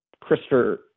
christopher